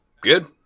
good